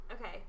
Okay